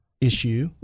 issue